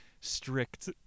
strict